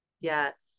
Yes